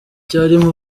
cyarimo